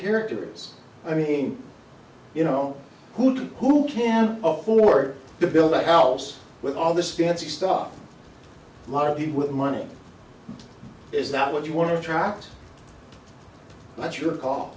characters i mean you know who who can afford to build a house with all this fancy stuff a lot of people with money is that what you want to attract but you're ca